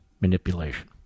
manipulation